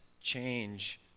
change